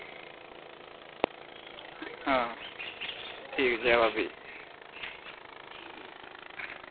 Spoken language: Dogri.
आं ठीक ऐ जै बाबे दी